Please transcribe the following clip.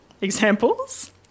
examples